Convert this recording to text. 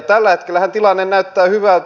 tällä hetkellähän tilanne näyttää hyvältä